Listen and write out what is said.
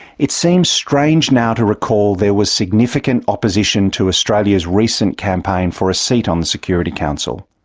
it seems strange now to recall there was significant opposition to australia's recent campaign for a seat on the security council.